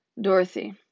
Dorothy